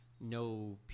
no